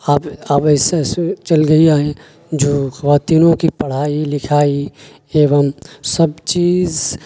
اب اب ایسا چل گیا ہے جو خواتینوں کی پڑھائی لکھائی ایوم سب چیز